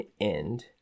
end